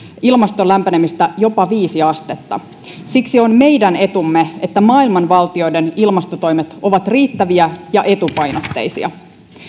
ilmaston lämpenemistä jopa viisi astetta siksi on meidän etumme että maailman valtioiden ilmastotoimet ovat riittäviä ja etupainotteisia